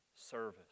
service